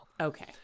Okay